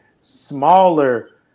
smaller